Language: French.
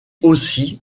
aussi